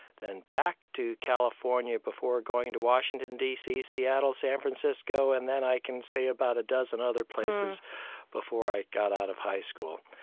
then back to california before going to washington, d c, seattle, san francisco, and then i can say about a dozen other places before i got out of high school.